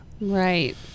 Right